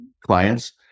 clients